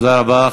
תודה רבה.